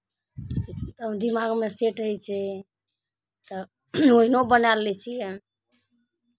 तब दिमागमे सेट होइ छै तऽ ओहिनो बनाए लै छियै